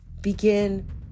begin